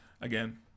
again